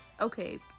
Okay